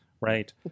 right